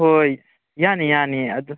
ꯍꯣꯏ ꯍꯣꯏ ꯌꯥꯅꯤ ꯌꯥꯅꯤ ꯑꯗꯨ